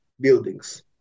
buildings